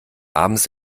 abends